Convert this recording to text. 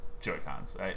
Joy-Cons